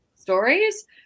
stories